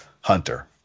Hunter